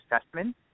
assessment